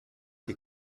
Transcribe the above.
die